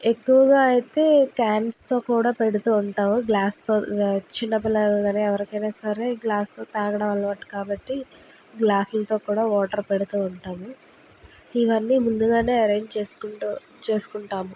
ఎక్కువగా అయితే క్యాన్స్ తో కూడా పెడుతూ ఉంటాము గ్లాస్ తో చిన్న పిల్లలగాని ఎవరికైనా సరే గ్లాస్ తో తాగడం అలవాటు కాబట్టి గ్లాసు లతో కూడా వాటర్ పెడుతూ ఉంటాము ఇవన్నీ ముందుగానే అరేంజ్ చేసుకుంటూ చేసుకుంటాం